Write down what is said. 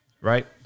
Right